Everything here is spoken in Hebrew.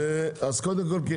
אז קודם כל,